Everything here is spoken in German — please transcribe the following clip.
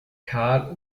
kahl